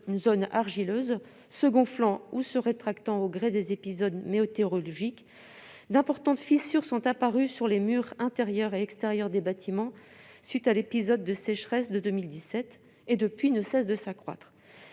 une zone argileuse, qui se gonfle ou se rétracte au gré des épisodes météorologiques, d'importantes fissures sont apparues sur les murs intérieurs et extérieurs des bâtiments, à la suite de l'épisode de sécheresse de 2017 ; depuis lors, elles ne cessent de s'étendre.